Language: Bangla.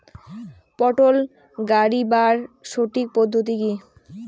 পটল গারিবার সঠিক পদ্ধতি কি?